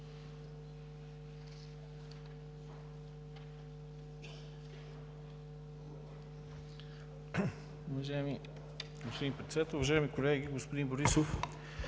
уважаеми колеги, господин Борисов,